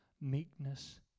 meekness